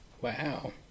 Wow